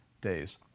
days